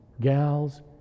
gals